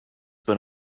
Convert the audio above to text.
been